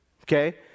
Okay